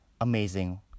amazing